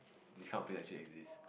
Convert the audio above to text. this kind of place actually exist